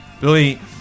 Billy